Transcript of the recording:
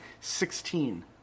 sixteen